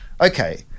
okay